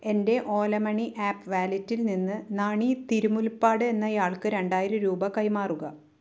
എൻ്റെ Ola money app വാലറ്റിൽ നിന്ന് നാണി തിരുമുൽപ്പാട് എന്നയാൾക്ക് രണ്ടായിരം രൂപ കൈമാറുക